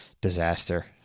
disaster